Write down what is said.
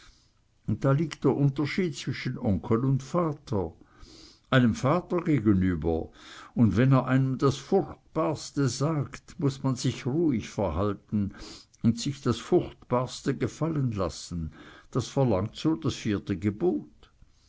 da liegt der unterschied zwischen onkel und vater einem vater gegenüber und wenn er einem das furchtbarste sagt muß man sich ruhig verhalten und sich das furchtbarste gefallen lassen das verlangt so das vierte gebot